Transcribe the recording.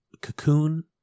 Cocoon